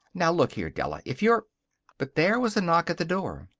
now look here, della. if you're but there was a knock at the door.